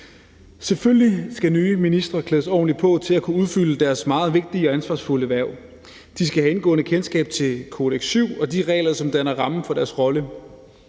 Selvfølgelig skal nye ministre klædes ordentligt på til at kunne udfylde deres meget vigtige og ansvarsfulde hverv. De skal have indgående kendskab til »Kodex VII« og de regler, som danner rammen for deres rolle,